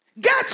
get